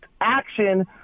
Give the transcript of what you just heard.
action